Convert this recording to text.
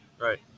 Right